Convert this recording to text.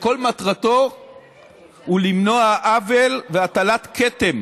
כל מטרתו היא למנוע עוול והטלת כתם